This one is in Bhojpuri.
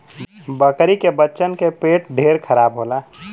बकरी के बच्चन के पेट ढेर खराब होला